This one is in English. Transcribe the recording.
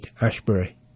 Ashbury